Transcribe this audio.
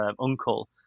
Uncle